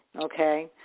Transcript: okay